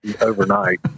overnight